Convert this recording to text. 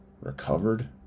Recovered